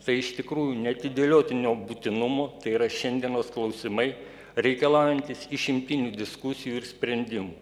tai iš tikrųjų neatidėliotino būtinumo tai yra šiandienos klausimai reikalaujantys išimtinių diskusijų ir sprendimų